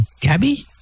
Gabby